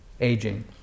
aging